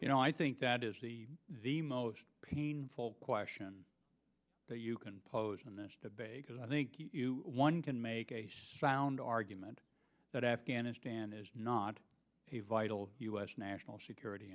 you know i think that is the the most painful question that you can pose in this debate because i think one can make a sound argument that afghanistan is not a vital u s national security